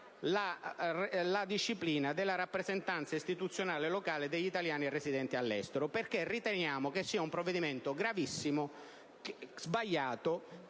la disciplina della rappresentanza istituzionale locale degli italiani residenti all'estero, perché riteniamo che sia un provvedimento gravissimo, sbagliato,